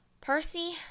Percy